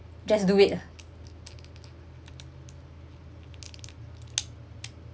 just do it ah